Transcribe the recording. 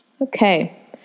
Okay